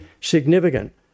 significant